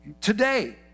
Today